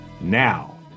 Now